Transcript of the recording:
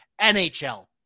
NHL